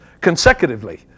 consecutively